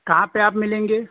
कहाँ पे आप मिलेंगे